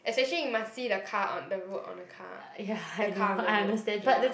especially you must see the car on the road on the car the car on the road ya